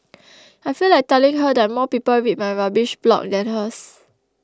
I feel like telling her that more people read my rubbish blog than hers